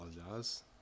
apologize